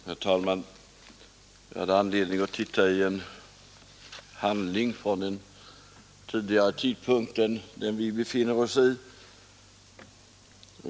Herr talman! Jag har haft anledning att titta i en handling från en tidigare period än den vi befinner oss i.